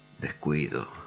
descuido